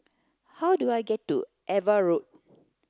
how do I get to Ava Road